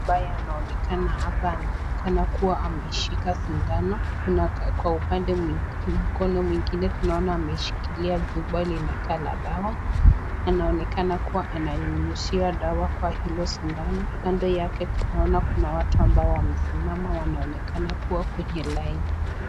Ambaye anaonekana hapa anaonekana kuwa ameshika sindano na kwa mkono mwingine tunaona ameshikilia chupa linakaa la dawa. Anaonekana kuwa ananyunyizia dawa kwa hilo sindano. Kando yake tunaona kuna watu ambao wamesimama wanaonekana kuwa kwenye laini.